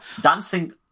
dancing